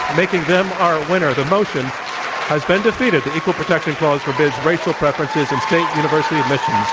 making them our winner. the motion has been defeated, the equal protection clause forbids racial preferences in state university